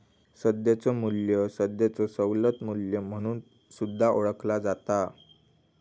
सध्याचो मू्ल्य सध्याचो सवलत मू्ल्य म्हणून सुद्धा ओळखला जाता